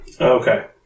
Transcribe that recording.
Okay